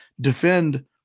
defend